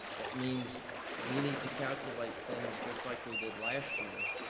it means we need to calculate things just like we did last year,